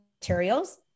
materials